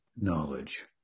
knowledge